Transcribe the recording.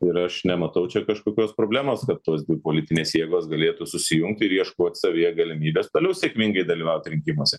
ir aš nematau čia kažkokios problemos kad tos dvi politinės jėgos galėtų susijungt ir ieškot savyje galimybės toliau sėkmingai dalyvaut rinkimuose